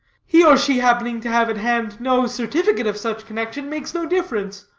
he or she happening to have at hand no certificate of such connection, makes no difference.